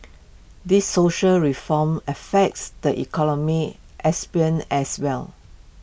these social reforms affects the economic sphere as well